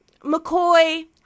McCoy